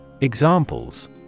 Examples